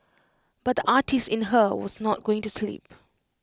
but the artist in her was not going to sleep